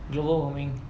global warming